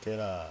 对啦